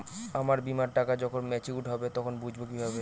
আমার বীমার টাকা যখন মেচিওড হবে তখন বুঝবো কিভাবে?